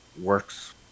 works